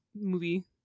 movie